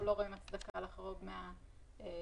אנחנו לא רואים הצדקה לחרוג מהתבנית.